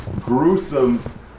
gruesome